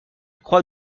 croix